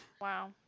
Wow